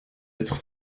être